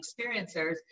experiencers